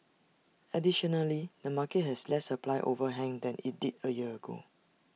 additionally the market has less supply overhang than IT did A year ago